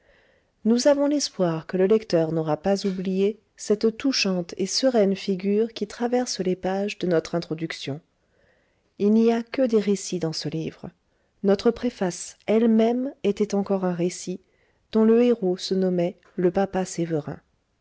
nous avons l'espoir que le lecteur n'aura pas oublié cette touchante et sereine figure qui traverse les pages de notre introduction il n'y a que des récits dans ce livre notre préface elle-même était encore un récit dont le héros se nommait le papa sévérin